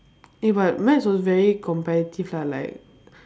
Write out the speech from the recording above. eh but maths was very competitive lah like